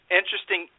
interesting